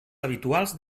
habituals